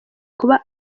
kuba